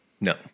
No